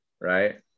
right